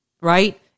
Right